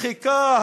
דחיקה,